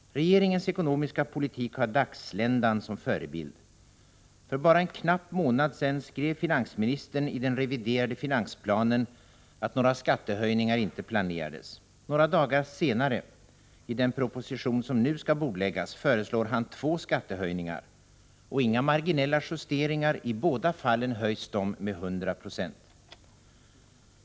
Regeringens ekonomiska politik har dagsländan som förebild. För bara en knapp månad sedan skrev finansministern i den reviderade finansplanen att några skattehöjningar inte planerades. Några dagar senare — i den proposition som nu skall bordläggas — föreslår han två skattehöjningar. Och det är inga marginella justeringar; i båda fallen höjs skatterna med 100 96.